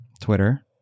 Twitter